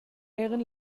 eran